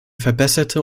verbesserte